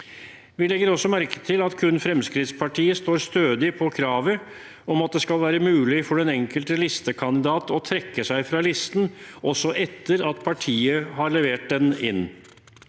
Vi legger også merke til at kun Fremskrittspartiet står stødig på kravet om at det skal være mulig for den enkelte listekandidat å trekke seg fra listen, også etter at partiet har levert den inn.